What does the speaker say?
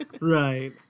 Right